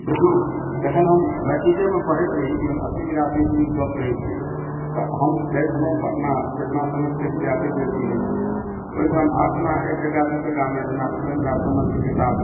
देखियौ जखन हम मैट्रिक मे पढ़ैत रही ई हम अस्सी बिरासी ईस्वी के गऽप कहै छी तऽ हम जाइ छलहुॅं पटना चेतना समीति के विद्यापति जयन्ती होइ छलै तऽ ओहिठाम आठअना एक टका दू टका मे जेना पूरन झा सोमन के किताब